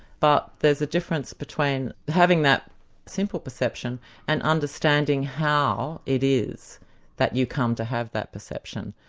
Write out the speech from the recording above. but there's a difference between having that simple perception and understanding how it is that you come to have that perception,